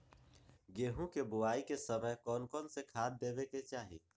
गेंहू के बोआई के समय कौन कौन से खाद देवे के चाही?